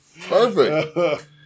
Perfect